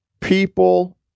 people